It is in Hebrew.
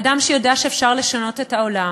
אדם שיודע שאפשר לשנות את העולם,